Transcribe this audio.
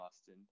Austin